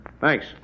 Thanks